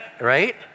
right